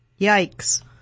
Yikes